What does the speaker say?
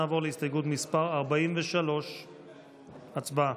נעבור להסתייגות מס' 41. הצבעה.